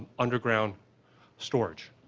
underground storage.